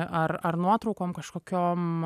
ar ar nuotraukom kažkokiom